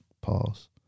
Pause